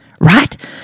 right